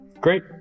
great